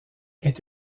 est